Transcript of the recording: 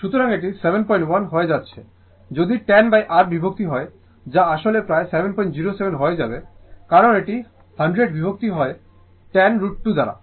সুতরাং এটি 71 হয়ে যাচ্ছে যদি 100r বিভক্ত হয় যা আসলে প্রায় 707 হয়ে যাবে কারণ এটি 100 বিভক্ত হয় 10√2 দ্বারা